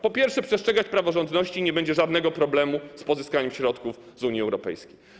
Po pierwsze, przestrzegać praworządności - nie będzie żadnego problemu z pozyskaniem środków z Unii Europejskiej.